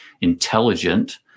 intelligent